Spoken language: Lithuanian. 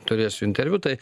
turėsiu interviu tai